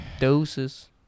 Doses